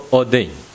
ordain